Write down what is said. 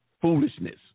foolishness